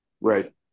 Right